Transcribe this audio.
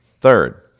Third